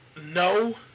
No